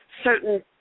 certain